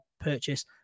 purchase